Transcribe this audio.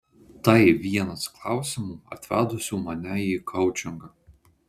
tai vienas klausimų atvedusių mane į koučingą